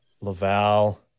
Laval